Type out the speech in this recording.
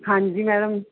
ਹਾਂਜੀ ਮੈਡਮ